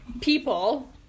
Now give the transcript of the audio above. people